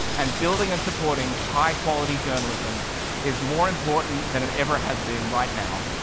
and building and supporting high quality journalism is more important than it ever has been right now.